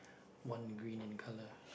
one green in colour